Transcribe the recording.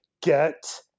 Get